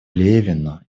левину